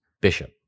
bishop